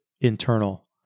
internal